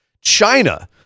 China